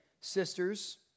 Sisters